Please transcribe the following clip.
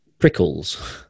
prickles